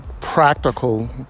practical